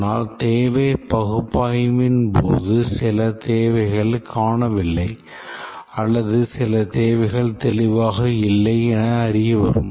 ஆனால் தேவை பகுப்பாய்வின் போது சில தேவைகள் காணவில்லை சில தேவைகள் தெளிவாக இல்லை என அறிய வரும்